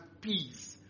peace